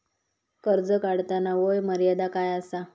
कर्ज काढताना वय मर्यादा काय आसा?